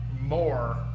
more